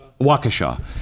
Waukesha